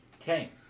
Okay